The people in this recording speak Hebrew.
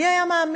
מי היה מאמין?